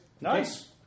Nice